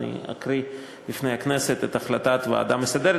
אקריא בפני הכנסת את החלטת הוועדה המסדרת,